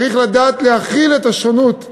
צריך לדעת להכיל את השונות בחברה.